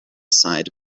side